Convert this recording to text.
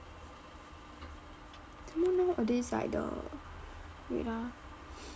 some more nowadays like the wait ah